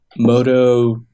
moto